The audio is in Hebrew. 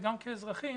וגם כאזרחים